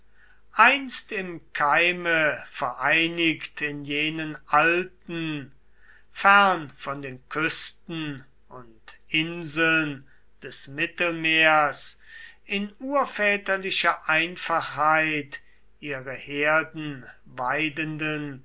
einst im keime vereinigt in jenen alten fern von den küsten und inseln des mittelmeers in urväterlicher einfachheit ihre herden weidenden